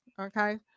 okay